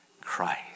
Christ